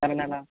నెల నెలా